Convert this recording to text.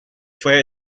fue